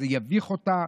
זה יביך אותה,